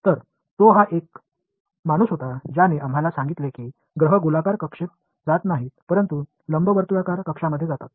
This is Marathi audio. तर तोच हा माणूस होता ज्याने आम्हाला सांगितले की ग्रह गोलाकार कक्षामध्ये जात नाहीत परंतु लंबवर्तुळाकार कक्षामध्ये जातात